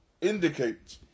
indicate